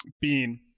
Bean